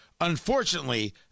Unfortunately